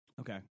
okay